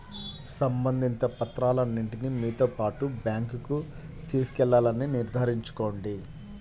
సంబంధిత పత్రాలన్నింటిని మీతో పాటు బ్యాంకుకు తీసుకెళ్లాలని నిర్ధారించుకోండి